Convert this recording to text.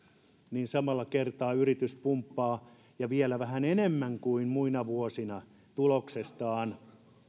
niin samalla kertaa yritys pumppaa vielä vähän enemmän kuin muina vuosina tuloksestaan